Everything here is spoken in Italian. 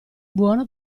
buono